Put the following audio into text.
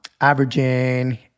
Averaging